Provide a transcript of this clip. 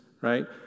right